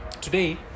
Today